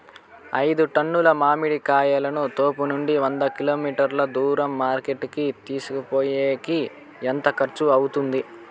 ఐదు టన్నుల మామిడి కాయలను తోపునుండి వంద కిలోమీటర్లు దూరం మార్కెట్ కి తీసుకొనిపోయేకి ఎంత ఖర్చు అవుతుంది?